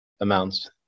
amounts